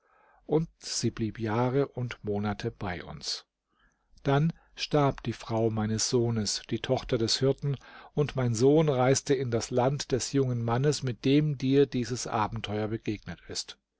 und sie blieb jahre und monate bei uns dann starb die frau meines sohnes die tochter des hirten und mein sohn reiste in das land des jungen mannes mit dem dir dieses abenteuer begegnet ist